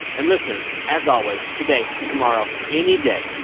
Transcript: and listeners, as always, today, tomorrow, any day,